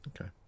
Okay